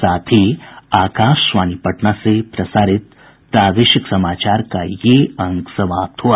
इसके साथ ही आकाशवाणी पटना से प्रसारित प्रादेशिक समाचार का ये अंक समाप्त हुआ